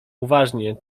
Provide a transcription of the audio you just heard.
uważnie